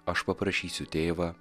aš paprašysiu tėvą